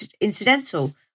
incidental